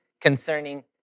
concerning